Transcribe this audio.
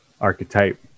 archetype